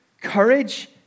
courage